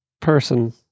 person